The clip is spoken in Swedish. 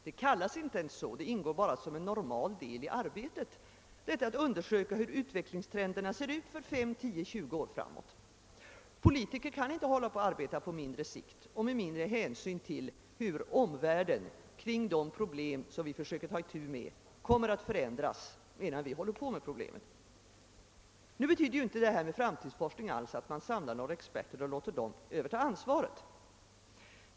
Det kallas inte så — det ingår bara som en normal del i arbetet att undersöka hur utvecklingstrenderna ser ut för fem, tio, tjugo år framåt. Politiker kan inte arbeta på kortare sikt och med mindre hänsyn till hur omvärlden kring de problem vi försö ker ta itu med kommer att förändras medan vi håller på med problemen. Nu betyder inte framtidsforskning alls att man samlar några experter och låter dem överta ansvaret.